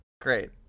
Great